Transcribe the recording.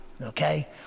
okay